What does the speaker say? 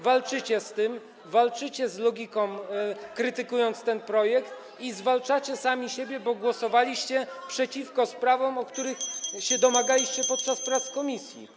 walczycie z tym, walczycie z logiką, krytykując ten projekt, i zwalczacie sami siebie, bo głosowaliście przeciwko sprawom, których [[Poruszenie na sali, dzwonek]] się domagaliście podczas prac komisji.